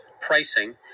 pricing